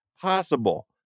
possible